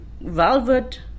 velvet